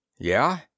Yeah